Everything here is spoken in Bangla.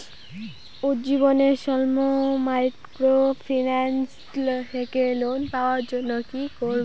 উজ্জীবন স্মল মাইক্রোফিন্যান্স থেকে লোন পাওয়ার জন্য কি করব?